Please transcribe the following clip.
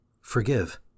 Forgive